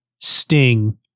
Sting